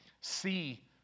See